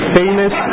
famous